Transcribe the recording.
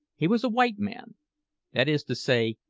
he was a white man that is to say,